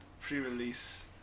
pre-release